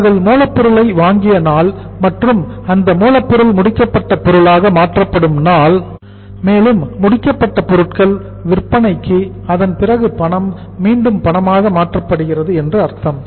அவர்கள் மூலப் பொருளை வாங்கிய நாள் மற்றும் அந்த மூலப்பொருள் முடிக்கப்பட்ட பொருளாக மாற்றப்படும் நாள் மேலும் முடிக்கப்பட்ட பொருட்கள் விற்பனைக்கு அதன் பிறகு பணம் மீண்டும் பணமாக மாற்றப்படுகிறது என்று அர்த்தம்